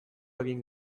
egin